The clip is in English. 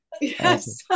yes